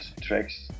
tracks